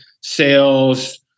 sales